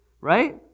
right